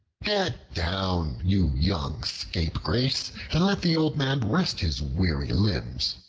get down, you young scapegrace, and let the old man rest his weary limbs.